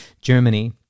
germany